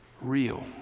real